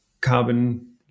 carbon